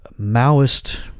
Maoist